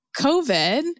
COVID